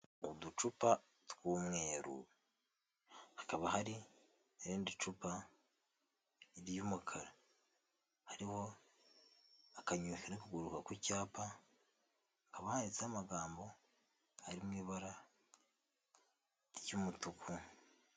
Uducupa tw'umweru hakaba hari irindi cupa ry'umukara, hariho akanyoni kari ku kuguruka ku cyapa hakaba habanditseho amagambo ari mu ibara ry'umutuku.